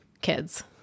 kids